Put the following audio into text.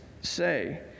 say